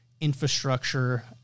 infrastructure